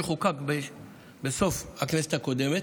שחוקק בסוף הכנסת הקודמת,